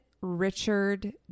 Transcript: Richard